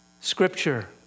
Scripture